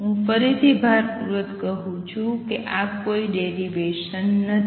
હું ફરીથી ભારપૂર્વક કહું છું કે આ કોઈ ડેરિવેસન નથી